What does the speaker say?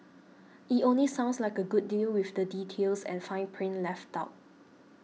it only sounds like a good deal with the details and fine print left out